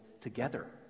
together